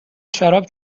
شراب